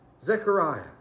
Zechariah